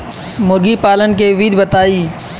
मुर्गी पालन के विधि बताई?